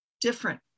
different